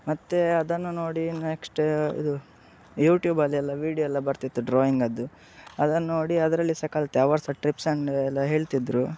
ಮತ್ತು ಅದನ್ನು ನೋಡಿ ನೆಕ್ಸ್ಟ್ ಇದು ಯೂಟ್ಯೂಬಲ್ಲಿ ಅಲ್ಲೆಲ್ಲ ವಿಡಿಯೋ ಎಲ್ಲ ಬರ್ತಿತ್ತು ಡ್ರಾಯಿಂಗದು ಅದನ್ನ ನೋಡಿ ಅದರಲ್ಲಿ ಸಹಾ ಕಲಿತೆ ಅವರು ಸಹಾ ಟ್ರಿಪ್ಸ್ ಆ್ಯಂಡ್ ಎಲ್ಲ ಹೇಳ್ತಿದ್ರು